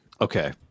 Okay